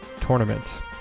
Tournament